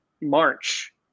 March